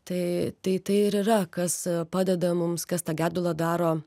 tai tai tai ir yra kas padeda mums kas tą gedulą daro